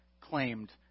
claimed